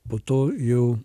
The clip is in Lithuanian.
po to jau